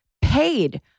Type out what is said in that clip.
paid